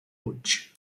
puig